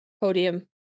podium